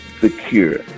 secure